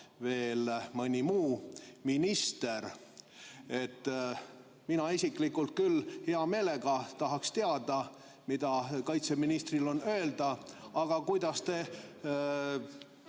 veel mõni muu minister. Mina isiklikult küll hea meelega tahaks teada, mida kaitseministril on öelda. Aga kuidas te